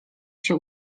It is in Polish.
się